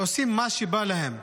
עושים מה שבא להם,